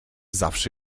zawsze